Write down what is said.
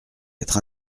être